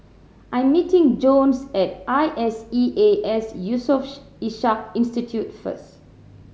I am meeting Jones at I S E A S Yusof Ishak Institute first